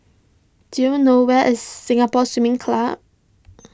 do you know where is Singapore Swimming Club